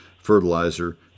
fertilizer